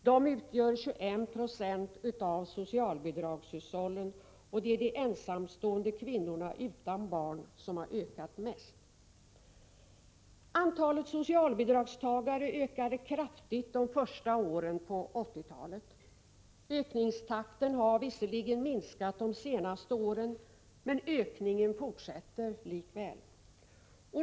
De utgör 21 26 av socialbidragshushållen, och det är de ensamstående kvinnorna utan barn som har ökat mest härvidlag. Antalet socialbidragstagare ökade kraftigt under de första åren av 1980-talet. Ökningstakten har visserligen minskat under de senaste åren, men ökningen fortsätter likväl.